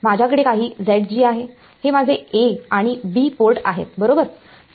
माझ्याकडे काही आहे हे माझे a आणि b पोर्ट आहेत बरोबर